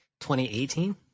2018